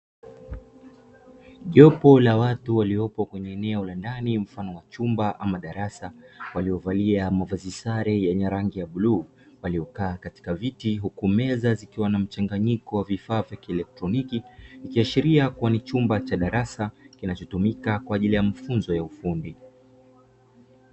Jopo la watu waliopo kwenye eneo la ndani mfano wa chumba ama darasa, waliovalia mavazi sare yenye rangi ya bluu waliokaa katika viti, huku meza ikiwa na mchanganyiko wa vifaa vya kieletroniki ikiashiria kuwa ni chumba cha darasa, kinachotumika kwa ajili ya mafunzo ya ufundi.